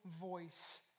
voice